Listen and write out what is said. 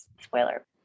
Spoiler